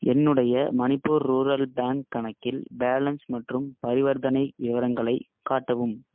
என்னுடைய Manipur rural bank கணக்கின் balance மற்றும் பரிவர்த்தனை விவரங்களை காட்டவும்